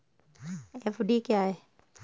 FD क्या है?